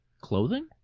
Clothing